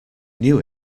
knew